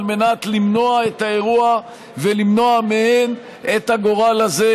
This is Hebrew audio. על מנת למנוע את האירוע ולמנוע מהם את הגורל הזה,